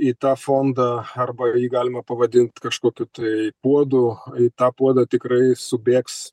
į tą fondą arba jį galima pavadint kažkokiu tai puodu į tą puodą tikrai subėgs